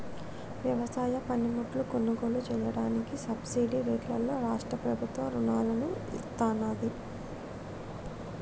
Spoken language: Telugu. వ్యవసాయ పనిముట్లు కొనుగోలు చెయ్యడానికి సబ్సిడీ రేట్లలో రాష్ట్ర ప్రభుత్వం రుణాలను ఇత్తన్నాది